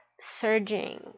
surging